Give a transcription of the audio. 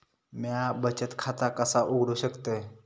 म्या बचत खाता कसा उघडू शकतय?